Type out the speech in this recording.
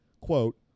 quote